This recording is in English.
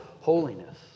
holiness